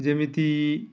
ଯେମିତି